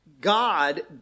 God